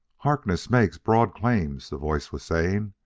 harkness makes broad claims, the voice was saying.